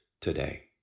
today